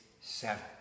seven